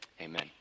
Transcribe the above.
Amen